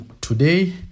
today